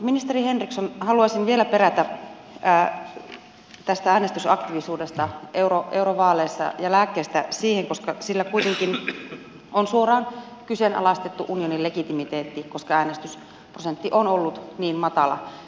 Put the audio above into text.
ministeri henriksson haluaisin vielä perätä tätä äänestysaktiivisuutta eurovaaleissa ja lääkettä siihen koska sillä kuitenkin on suoraan kyseenalaistettu unionin legitimiteetti koska äänestysprosentti on ollut niin matala